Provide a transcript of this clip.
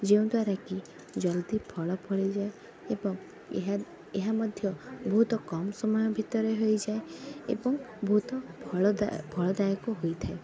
ଯେଉଁଦ୍ୱାରାକି ଜଲଦି ଫଳ ଫଳିଯାଏ ଏବଂ ଏହା ଏହା ମଧ୍ୟ ବହୁତ କମ୍ ସମୟ ଭିତରେ ହୋଇଯାଏ ଏବଂ ବହୁତ ଫଳଦାୟକ ହୋଇଥାଏ